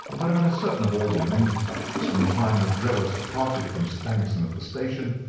and but i am as certain of all the main facts, from the time that drebber so parted from stangerson at the station,